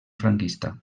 franquista